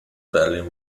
berlin